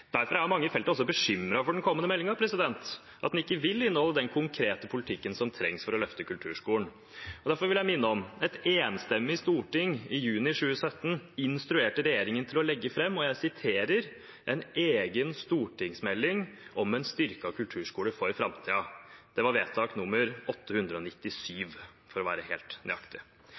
Derfor er mange i feltet også bekymret for at den kommende meldingen ikke vil inneholde den konkrete politikken som trengs for å løfte kulturskolen. Derfor vil jeg minne om at et enstemmig storting i juni 2017 instruerte regjeringen til å legge fram «en egen stortingsmelding om en styrket kulturskole for framtiden». Det var vedtak 897, for å være helt nøyaktig.